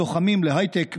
"לוחמים להייטק",